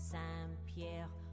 Saint-Pierre